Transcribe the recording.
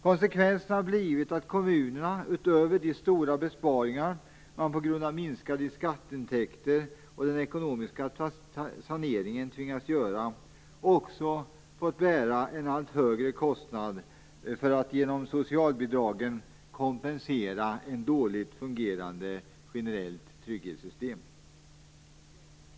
Konsekvensen har blivit att kommunerna, utöver de stora besparingar som man på grund av minskade skatteintäkter och den ekonomiska saneringen tvingats göra, också har fått bära en allt högre kostnad för att genom socialbidragen kompensera ett dåligt fungerande generellt trygghetssystem.